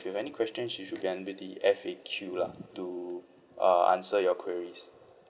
you have any question you should enter the F_A_Q lah to uh answer your queries